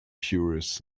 puris